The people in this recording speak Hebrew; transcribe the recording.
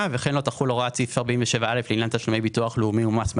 וכן לא תחול הוראת סעיף 47א לעניין תשלומי ביטוח לאומי ומס מקביל.